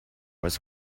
was